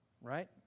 right